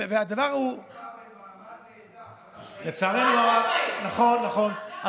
והדבר הוא, בין מעמד לעדה, לצערנו הרב נכון, נכון.